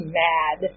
mad